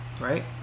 right